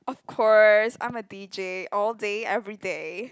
of course I'm a D_J all day everyday